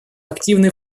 активный